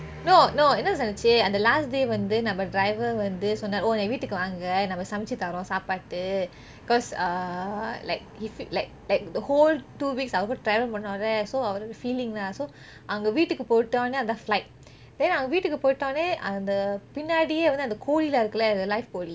no no என்ன தெரிமா நடந்துச்சு அந்த:enna therimaa nadanthuchu antha last day வந்து நம்ம:vanthu namme driver வந்து சொன்னாரு ஓ என் வீட்டுக்கு வாங்க நம்ம சமைச்சி தரோம் சாப்பாடு:vanthu sonnaru o en veetuku vange namme samaichi tarom saapaadu because err like he feel like the whole two weeks அவருக்குட:averukoode travel பண்ணொலே:pannoleh so அவரு வந்து:averu vanthu feeling lah so அவங்க வீட்டுக்குபோய்ட்டோந அந்த:avenge veetuku poitoneh antha flight then அந்த பின்னாடியே வந்து அந்த கோழி எல்லாம் இருக்குலே அந்த:antha pinaadiyeh vanthu antha kozhi ellam irukule antha live கோழி:kozhi